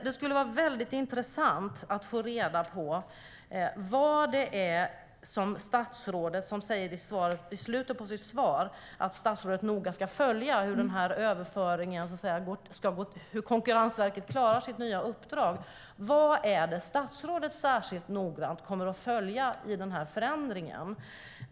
I slutet på svaret säger statsrådet att hon noga ska följa hur Konkurrensverket klarar sitt nya uppdrag. Det skulle vara intressant att få reda på vad det är som statsrådet kommer att följa särskilt noggrant i förändringen.